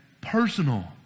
personal